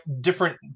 different